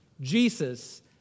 Jesus